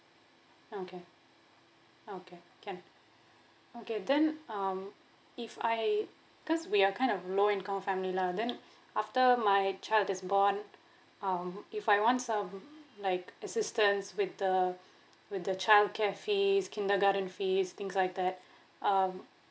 okay okay can okay then um if I cause we are kind of low income family lah then after my child is born um if I want some like assistance with the with the childcare fees kindergarten fees things like that um